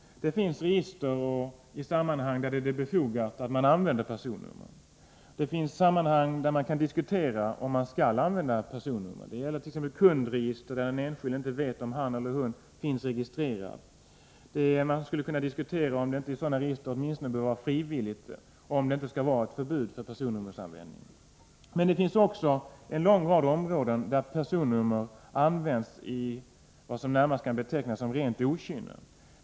Det finns register och andra sammanhang där det är befogat att använda personnummer. Det finns sammanhang där det kan diskuteras om man skall använda personnummer. Det gäller t.ex. kundregister, där en enskild inte vet om han eller hon finns registrerad. Man skulle kunna diskutera åtminstone om det inte skulle vara frivilligt att stå i sådana register, om det nu inte skall vara förbud för denna personnummeranvändning. Det finns emellertid också en lång rad områden där personnummer används i vad som närmast kan betecknas som rent okynne.